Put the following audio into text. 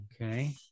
okay